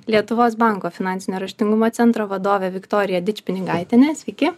lietuvos banko finansinio raštingumo centro vadovę viktoriją dičpinigaitienę sveiki